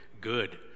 good